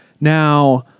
Now